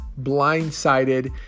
blindsided